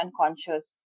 unconscious